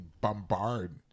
bombard